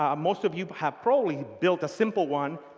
ah most of you have probably built a simple one.